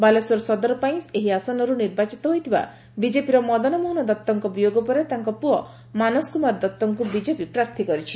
ବାଲେଶ୍ୱର ସଦର ପାଇଁ ସେହି ଆସନରୁ ନିର୍ବାଚିତ ହୋଇଥିବା ବିଜେପିର ମଦନ ମୋହନ ଦଉଙ୍କ ବିୟୋଗ ପରେ ତାଙ୍କ ପୁଅ ମାନସ କୁମାର ଦଉଙ୍କୁ ବିଜେପି ପ୍ରାର୍ଥୀ କରିଛି